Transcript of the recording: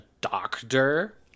doctor